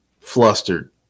flustered